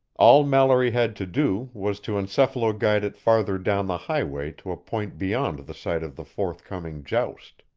all mallory had to do was to encephalo-guide it farther down the highway to a point beyond the site of the forthcoming joust.